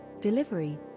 delivery